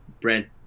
Brent